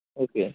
okay